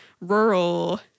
rural